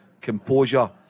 composure